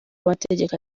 amategeko